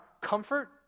comfort